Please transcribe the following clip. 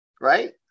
right